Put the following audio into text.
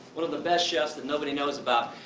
one of the best chefs that nobody knows about.